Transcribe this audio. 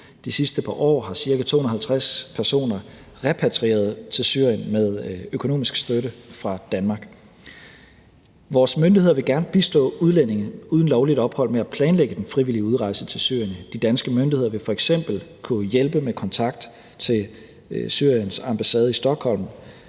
De sidste par år er ca. 250 personer repatrieret til Syrien med økonomisk støtte fra Danmark. Vores myndigheder vil gerne bistå udlændinge uden lovligt ophold med at planlægge den frivillige udrejse til Syrien. De danske myndigheder vil f.eks. kunne hjælpe med kontakt til Syriens ambassade i Stockholm